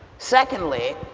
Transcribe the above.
secondly,